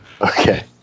Okay